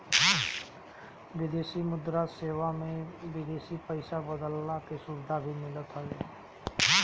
विदेशी मुद्रा सेवा में विदेशी पईसा बदलला के सुविधा भी मिलत हवे